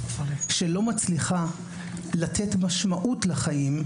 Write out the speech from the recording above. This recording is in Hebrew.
שלא מצליחה לתת משמעות לחיים,